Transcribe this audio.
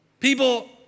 People